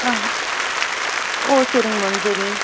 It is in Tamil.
ஆ ஓ சரிங்க மேம் சரி